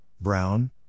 Brown